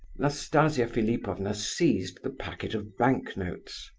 nastasia philipovna seized the packet of bank-notes.